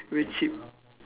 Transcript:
very cheap